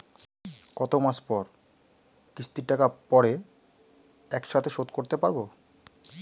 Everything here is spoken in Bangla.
কত মাস পর কিস্তির টাকা পড়ে একসাথে শোধ করতে পারবো?